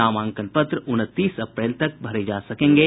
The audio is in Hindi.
नामांकन पत्र उनतीस अप्रैल तक भरे जा सकेंगे